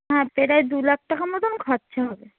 হ্যাঁ প্রায় দু লাখ টাকা মতন খরচা হবে